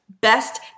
best